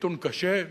מיתון קשה,